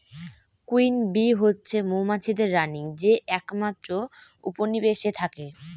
queen bee হচ্ছে মৌমাছিদের রানী যে একমাত্র উপনিবেশে থাকে